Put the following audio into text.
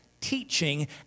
teaching